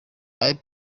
ian